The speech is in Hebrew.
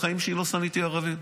בחיים שלי לא שנאתי ערבים.